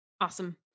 Awesome